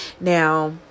Now